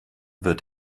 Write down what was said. wird